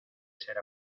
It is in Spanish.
ser